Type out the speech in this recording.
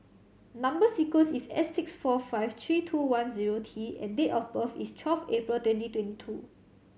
number sequence is S six four five three two one zero T and date of birth is twelfth April twenty twenty two